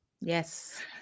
Yes